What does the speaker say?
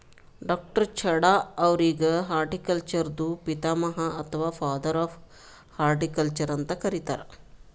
ಡಾ.ಚಢಾ ಅವ್ರಿಗ್ ಹಾರ್ಟಿಕಲ್ಚರ್ದು ಪಿತಾಮಹ ಅಥವಾ ಫಾದರ್ ಆಫ್ ಹಾರ್ಟಿಕಲ್ಚರ್ ಅಂತ್ ಕರಿತಾರ್